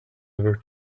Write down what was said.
ever